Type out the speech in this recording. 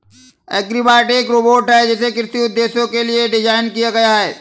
agribot एक robot है जिसे कृषि उद्देश्यों के लिए डिज़ाइन किया गया है